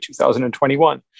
2021